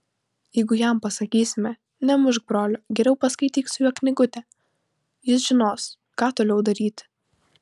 jeigu jam pasakysime nemušk brolio geriau paskaityk su juo knygutę jis žinos ką toliau daryti